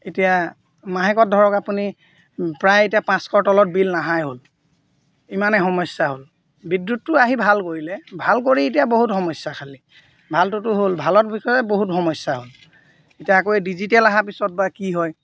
এতিয়া মাহেকত ধৰক আপুনি প্ৰায় এতিয়া পাঁচশৰ তলত বিল নাহাই হ'ল ইমানেই সমস্যা হ'ল বিদ্যুৎটো আহি ভাল কৰিলে ভাল কৰি এতিয়া বহুত সমস্যা খালী ভালটোতো হ'ল ভালৰ বিষয়ে বহুত সমস্যা হ'ল এতিয়া আকৌ ডিজিটেল আহাৰ পিছত বা কি হয়